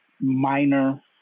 minor